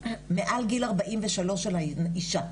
אז עכשיו זה בדיוק הגיע למקום הזה של ועדת הסל,